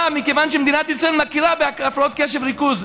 מכיוון שמדינת ישראל מכירה בהפרעות קשב וריכוז,